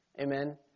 Amen